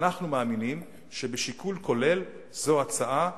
אנחנו מאמינים שבשיקול כולל זו הצעה,